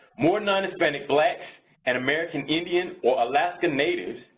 more non-hispanic blacks and american indian or alaskan natives,